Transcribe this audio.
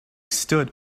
stood